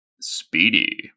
Speedy